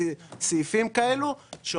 סעיפים כאלו בתקנות מ-1992,